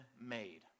made